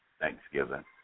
Thanksgiving